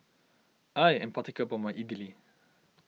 I am particular about my Idili